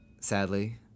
sadly